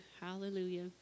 Hallelujah